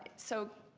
so,